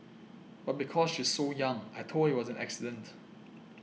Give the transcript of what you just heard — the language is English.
but because she's so young I told her it was an accident